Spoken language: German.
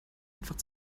einfach